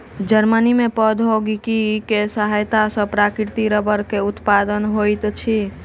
Germany में प्रौद्योगिकी के सहायता सॅ प्राकृतिक रबड़ के उत्पादन होइत अछि